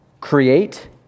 Create